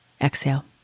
exhale